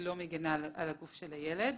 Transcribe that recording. לא מגינה על גוף הילד.